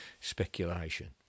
speculation